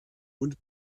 und